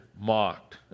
mocked